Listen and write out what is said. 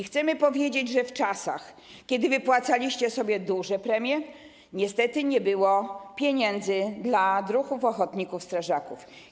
Chcemy powiedzieć, że w czasach, kiedy wypłacaliście sobie duże premie, niestety nie było pieniędzy dla druhów ochotników, strażaków ochotników.